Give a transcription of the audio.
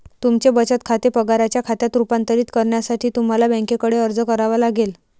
तुमचे बचत खाते पगाराच्या खात्यात रूपांतरित करण्यासाठी तुम्हाला बँकेकडे अर्ज करावा लागेल